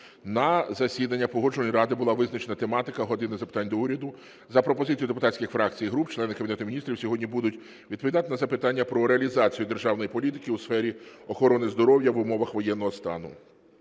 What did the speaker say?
На засіданні Погоджувальної ради була визначена тематика "години запитань до Уряду". За пропозицією депутатських фракцій і груп члени Кабінету Міністрів сьогодні будуть відповідати на запитання про реалізацію державної політики у сфері охорони здоров'я в умовах воєнного стану.